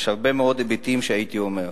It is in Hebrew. יש היבטים רבים מאוד.